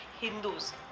Hindus